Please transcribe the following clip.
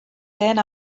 queden